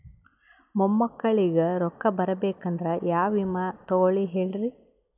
ಮೊಮ್ಮಕ್ಕಳಿಗ ರೊಕ್ಕ ಬರಬೇಕಂದ್ರ ಯಾ ವಿಮಾ ತೊಗೊಳಿ ಹೇಳ್ರಿ?